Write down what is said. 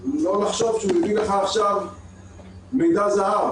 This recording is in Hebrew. לא לחשוב שהוא הביא לך עכשיו מידע זהב